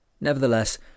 Nevertheless